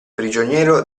prigioniero